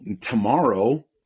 tomorrow